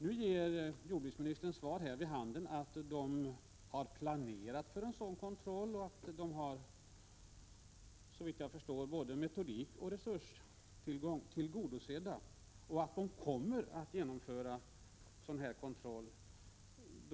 Nu ger jordbruksministerns svar vid handen att livsmedelsverket har planerat för sådan kontroll och, såvitt jag förstår, har både metodik och resurser och kommer att genomföra kontrollen.